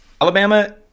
Alabama